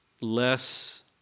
less